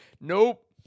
Nope